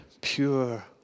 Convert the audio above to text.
pure